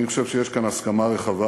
אני חושב שיש כאן הסכמה רחבה.